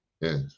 Yes